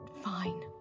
Fine